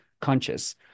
conscious